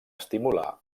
estimular